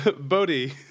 Bodhi